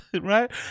right